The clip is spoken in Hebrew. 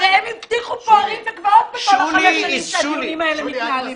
הרי הם הבטיחו פה הרים וגבעות בכל חמש השנים שהדיונים האלה מתנהלים.